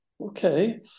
Okay